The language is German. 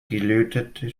gelötete